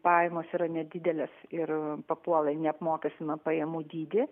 pajamos yra nedidelės ir papuola į neapmokestinamų pajamų dydį